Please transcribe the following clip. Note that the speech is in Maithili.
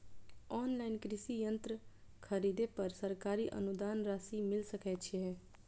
ऑनलाइन कृषि यंत्र खरीदे पर सरकारी अनुदान राशि मिल सकै छैय?